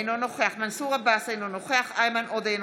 אינו נוכח מנסור עבאס, אינו נוכח איימן עודה,